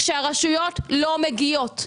כשהרשויות לא מגיעות,